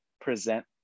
present